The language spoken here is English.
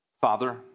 Father